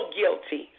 guilty